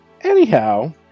Anyhow